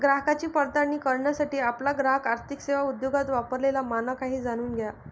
ग्राहकांची पडताळणी करण्यासाठी आपला ग्राहक आर्थिक सेवा उद्योगात वापरलेला मानक आहे हे जाणून घ्या